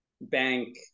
bank